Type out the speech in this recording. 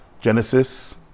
Genesis